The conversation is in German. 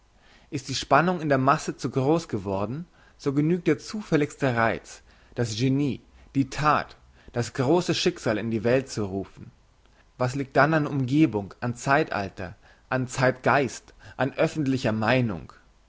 ist die spannung in der masse zu gross geworden so genügt der zufälligste reiz das genie die that das grosse schicksal in die welt zu rufen was liegt dann an umgebung an zeitalter an zeitgeist an öffentlicher meinung